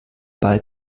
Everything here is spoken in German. ball